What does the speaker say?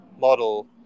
model